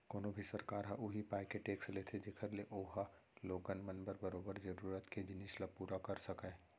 कोनो भी सरकार ह उही पाय के टेक्स लेथे जेखर ले ओहा लोगन मन बर बरोबर जरुरत के जिनिस ल पुरा कर सकय